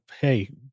hey